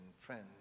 friends